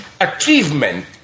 achievement